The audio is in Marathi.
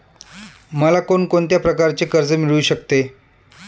मला कोण कोणत्या प्रकारचे कर्ज मिळू शकते?